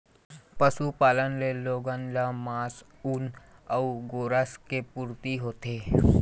पशुपालन ले लोगन ल मांस, ऊन अउ गोरस के पूरती होथे